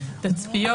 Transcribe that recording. תצפיות,